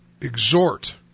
exhort